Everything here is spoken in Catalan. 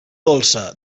dolça